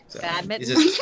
Badminton